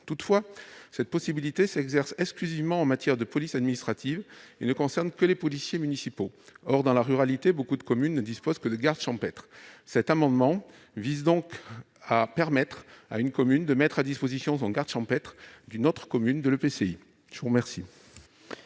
Toutefois, une telle possibilité s'exerce exclusivement en matière de police administrative et ne concerne que les policiers municipaux. Or, dans la ruralité, nombre de communes ne disposent que de gardes champêtres. Cet amendement vise donc à permettre à une commune de mettre son garde champêtre à disposition d'une autre au sein de l'EPCI. Quel